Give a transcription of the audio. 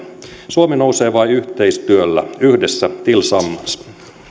suomi nousee vain yhteistyöllä yhdessä tillsammans